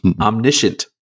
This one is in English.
omniscient